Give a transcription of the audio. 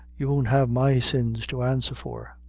you won't have my sins to answer for.